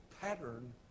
pattern